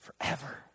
forever